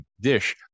dish